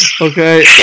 Okay